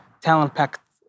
talent-packed